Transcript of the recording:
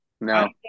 No